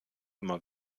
immer